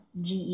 GE